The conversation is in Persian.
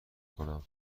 کنم